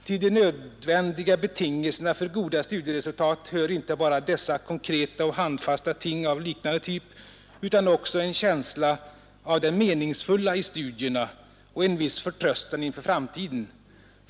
Till de nödvändiga betingelserna för goda studieresultat hör inte bara dessa konkreta och handfasta ting av liknande typ utan också en känsla av det meningsfulla i studierna och en viss förtröstan inför framtiden.